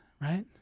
right